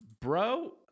Bro